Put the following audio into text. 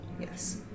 Yes